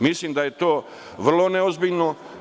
Mislim da je to vrlo neozbiljno.